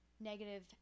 negative